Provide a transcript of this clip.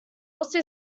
also